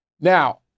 Now